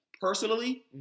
personally